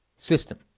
System